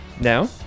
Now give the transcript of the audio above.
now